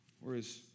Whereas